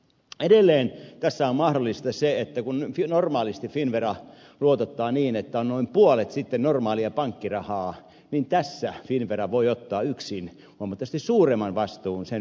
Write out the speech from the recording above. edelleen tässä on mahdollista se että kun normaalisti finnvera luotottaa niin että on noin puolet sitten normaalia pankkirahaa niin tässä finnvera voi ottaa yksin huomattavasti suuremman vastuun sen yrityksen rahoitustarpeesta